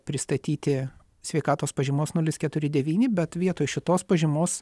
pristatyti sveikatos pažymos nulius keturi devyni bet vietoj šitos pažymos